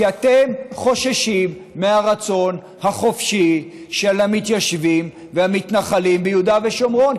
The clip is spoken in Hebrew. כי אתם חוששים מהרצון החופשי של המתיישבים והמתנחלים ביהודה ושומרון,